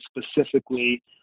specifically